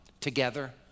together